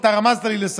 כי אתה רמזת לי לסיים.